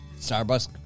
Starbucks